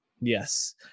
Yes